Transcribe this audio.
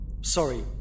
Sorry